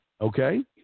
Okay